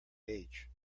age